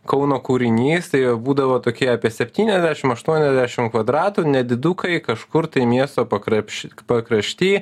kauno kūrinys tai būdavo tokie apie septyniasdešimt aštuoniasdešimt kvadratų nedidukai kažkur tai miesto pakrapš pakrašty